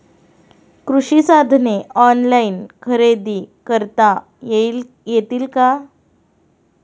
कृषी साधने ऑनलाइन खरेदी करता येतील का?